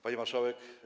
Pani Marszałek!